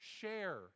Share